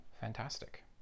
fantastic